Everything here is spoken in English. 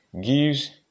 gives